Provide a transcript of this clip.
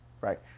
Right